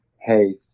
hey